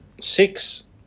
six